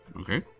okay